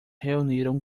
reuniram